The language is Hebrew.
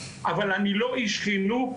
אבל אני לא איש חינוך.